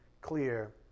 clear